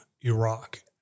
Iraq